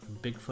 Bigfoot